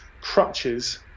crutches